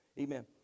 Amen